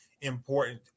important